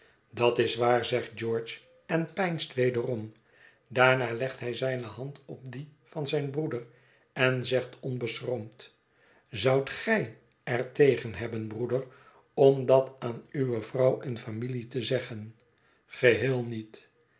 dat is waar zegt george en peinst wederom daarna legt hij zijne hand op die van zijn broeder en zegt onbeschroomd zoudt g ij er tegen hebben broeder om dat aan uwe vrouw en familie te zeggen geheel niet